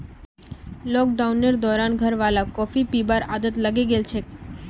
लॉकडाउनेर दौरान घरवालाक कॉफी पीबार आदत लागे गेल छेक